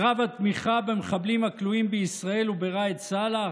קרב על תמיכה במחבלים הכלואים בישראל ובראאד סלאח?